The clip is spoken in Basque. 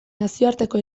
nazioarteko